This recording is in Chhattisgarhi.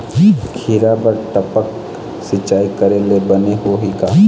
खिरा बर टपक सिचाई करे ले बने होही का?